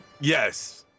yes